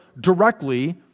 directly